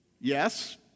Yes